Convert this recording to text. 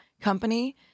company